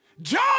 John